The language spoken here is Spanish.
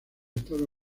estado